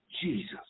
Jesus